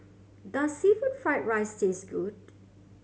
does seafood fried rice taste good